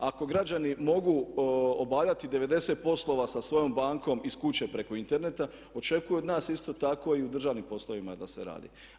Ako građani mogu obavljati 90 poslova sa svojom bankom iz kuće preko interneta, očekuju od nas isto tako i u državnim poslovima da se radi.